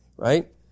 right